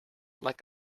like